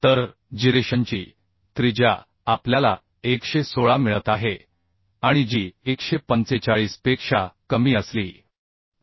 तर जिरेशनची त्रिज्या आपल्याला 116 मिळत आहे आणि जी 145 पेक्षा कमी असली पाहिजे म्हणजे लेसिंगची लांबी ठीक आहे